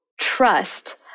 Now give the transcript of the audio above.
trust